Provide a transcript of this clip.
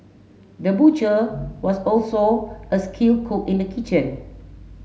the butcher was also a skill cook in the kitchen